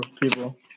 people